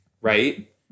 right